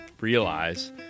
Realize